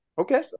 Okay